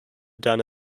dane